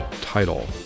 title